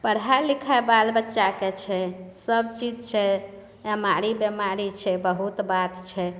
पढ़ाइ लिखाइ बालबच्चाके छै सबचीज छै एमारी बेमारी छै बहुत बात छै